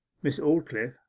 miss aldclyffe,